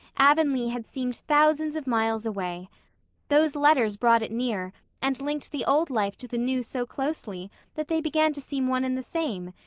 avonlea had seemed thousands of miles away those letters brought it near and linked the old life to the new so closely that they began to seem one and the same,